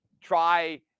try